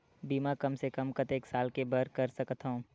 बीमा कम से कम कतेक साल के बर कर सकत हव?